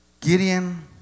Gideon